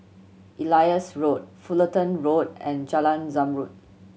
Elias Road Fullerton Road and Jalan Zamrud